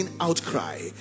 outcry